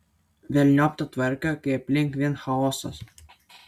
velniop tą tvarką kai aplink vien chaosas